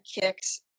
kicks